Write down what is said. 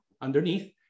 underneath